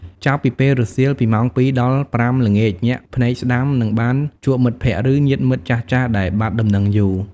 ចាប់ ពីពេលរសៀល ពីម៉ោង ២ ដល់ ៥ ល្ងាច ញាក់ភ្នែកស្តាំ នឹងបានជួបមិត្តភក្តិ ឬញាតិមិត្តចាស់ៗដែលបាត់ដំណឹងយូរ។